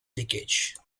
leakage